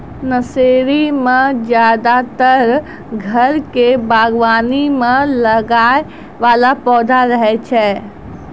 nursery मॅ ज्यादातर घर के बागवानी मॅ लगाय वाला पौधा रहै छै